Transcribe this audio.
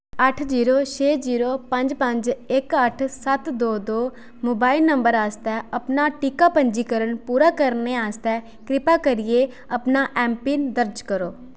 अट्ठ जीरो छे जीरो पंज पंज इक अट्ठ सत्त दो दो मोबाइल नंबर आस्तै अपना टीका पंजीकरण पूरा करने आस्तै कृपा करियै अपना ऐम्म पिन दर्ज करो